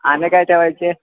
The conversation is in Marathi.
आणि काय ठेवायचे